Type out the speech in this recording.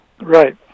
Right